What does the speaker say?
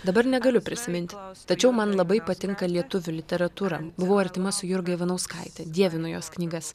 dabar negaliu prisiminti tačiau man labai patinka lietuvių literatūra buvau artima su jurga ivanauskaite dievinu jos knygas